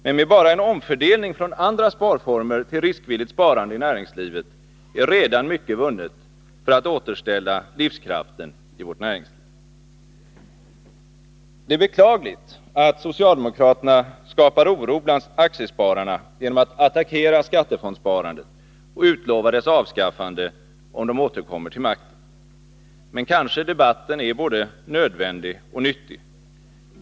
Men med bara en omfördelning från andra sparformer till riskvilligt sparande i näringslivet är redan mycket vunnet för att återställa livskraften i vårt näringsliv. Det är beklagligt att socialdemokraterna skapar oro bland aktiespararna genom att attackera skattefondssparandet och utlova dess avskaffande om de återkommer till makten. Men kanske debatten är både nödvändig och nyttig.